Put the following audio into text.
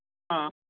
हां